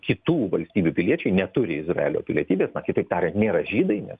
kitų valstybių piliečiai neturi izraelio pilietybės na kitaip tariant nėra žydai nes